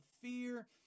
fear